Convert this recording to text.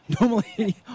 normally